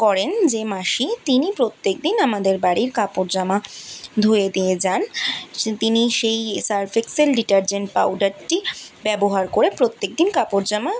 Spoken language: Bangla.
করেন যে মাসি তিনি প্রত্যেক দিন আমাদের বাড়ির কাপড় জামা ধুয়ে দিয়ে যান সি তিনি সেই সার্ফ এক্সেল ডিটারজেন্ট পাউডারটি ব্যবহার করে প্রত্যেকদিন কাপড় জামা